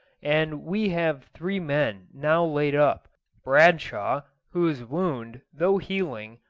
and we have three men now laid up bradshaw, whose wound, though healing,